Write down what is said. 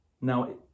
Now